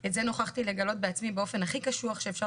את זה נוכחתי לגלות בעצמי באופן הכי קשוח שאפשר